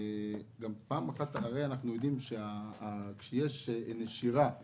אנחנו יודעים שיש נשירה זה